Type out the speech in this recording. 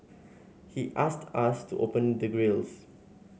he asked us to open the grilles